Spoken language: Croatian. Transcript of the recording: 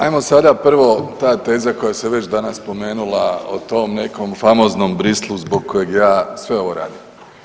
Ajmo sada prvo ta teza koja se već danas spomenula o tom nekom famoznom Bruxellesu zbog kojeg ja sve ovo radim.